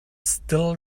still